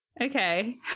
Okay